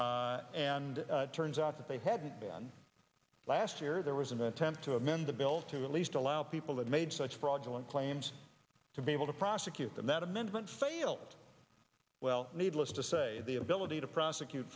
years and turns out that they had one last year there was a man temp to amend the bill to at least allow people that made such fraudulent claims to be able to prosecute them that amendment failed well needless to say the ability to prosecute